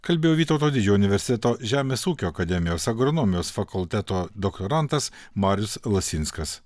kalbėjo vytauto didžiojo universiteto žemės ūkio akademijos agronomijos fakulteto doktorantas marius lasinskas